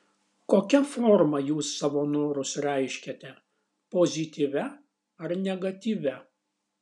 kokia forma jūs savo norus reiškiate pozityvia ar negatyvia